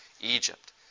Egypt